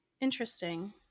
interesting